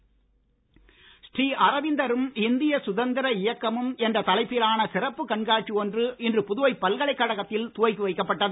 கண்காட்சி ஸ்ரீ அரவிந்தரும் இந்திய சுதந்திர இயக்கமும் என்ற தலைப்பிலான சிறப்பு கண்காட்சி ஒன்று இன்று புதுவை பல்கலைக்கழகத்தில் துவக்கி வைக்கப்பட்டது